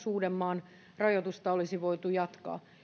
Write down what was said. uudenmaan rajoitusta olisi voitu jatkaa